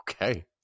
okay